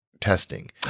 testing